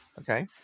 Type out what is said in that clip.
Okay